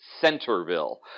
Centerville